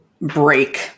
break